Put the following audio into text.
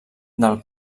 del